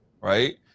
right